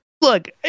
Look